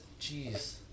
jeez